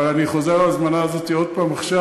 אבל אני חוזר על ההזמנה הזאת עוד פעם עכשיו.